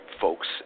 folks